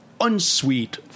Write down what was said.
unsweet